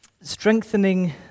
strengthening